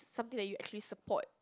something that you actually support